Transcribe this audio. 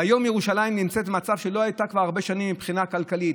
והיום ירושלים נמצאת במצב שלא הייתה כבר הרבה שנים מבחינה כלכלית.